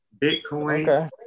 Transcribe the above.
Bitcoin